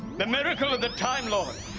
the miracle of the time lord!